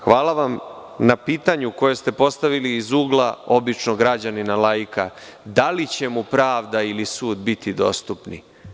Hvala na pitanju koje ste postavili iz ugla običnog građanina, laika – da li će mu pravda ili sud biti dostupni?